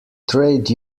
trade